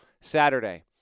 Saturday